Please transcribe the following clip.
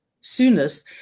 soonest